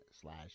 slash